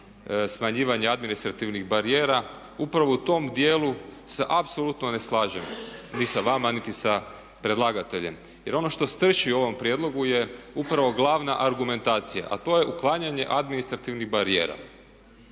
smanjivanje administrativnih barijera upravo u tom djelu se apsolutno ne slažem niti sa vama niti sa predlagateljem. Jer ono što steći u ovom prijedlogu je upravo glavna argumentacija a to je uklanjanje administrativnih barijera.